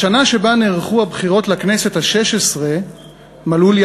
בשנה שבה נערכו הבחירות לכנסת השש-עשרה מלאו לי